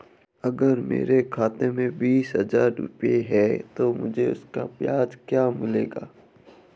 अगर मेरे खाते में बीस हज़ार रुपये हैं तो मुझे उसका ब्याज क्या मिलेगा?